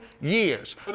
years